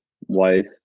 wife